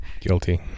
Guilty